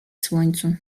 słońcu